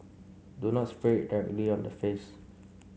do not spray directly on the face